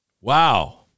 Wow